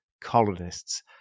colonists